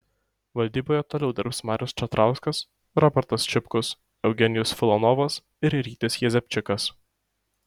valdyboje toliau dirbs marius čatrauskas robertas čipkus eugenijus filonovas ir rytis jezepčikas